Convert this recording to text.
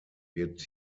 wird